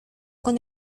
con